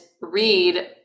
read